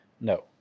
no